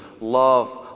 love